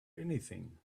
anything